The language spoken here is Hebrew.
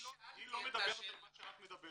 היא לא מדברת על מה שאת מדברת.